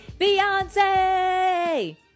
Beyonce